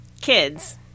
kids